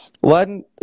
one